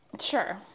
Sure